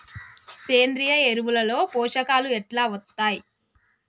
సేంద్రీయ ఎరువుల లో పోషకాలు ఎట్లా వత్తయ్?